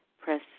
press